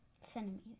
Centimeter